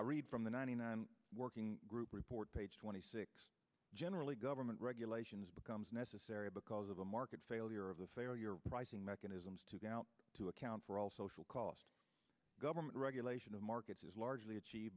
i read from the ninety nine working group report page twenty six generally government regulations becomes necessary because of the market failure of the failure pricing mechanisms to be out to account for all social cost government regulation of markets is largely achieve